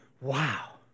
Wow